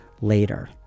later